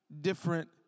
different